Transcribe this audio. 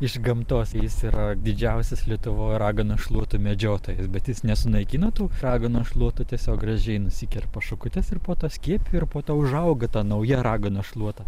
iš gamtos jis yra didžiausias lietuvoj raganos šluotų medžiotojas bet jis nesunaikina tų raganos šluotų tiesiog gražiai nusikerpa šakutes ir po to skiepija ir po to užauga ta nauja raganos šluota